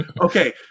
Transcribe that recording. Okay